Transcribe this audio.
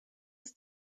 des